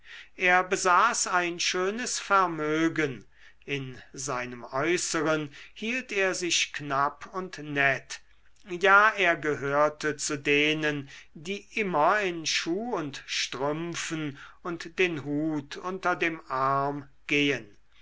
er besaß ein schönes vermögen in seinem äußeren hielt er sich knapp und nett ja er gehörte zu denen die immer in schuh und strümpfen und den hut unter dem arm gehen